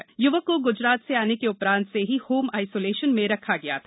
उक्त य्वक को ग्जरात से आने के उपरांत से ही होंम आइसोलेशन में रखा गया था